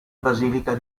basilica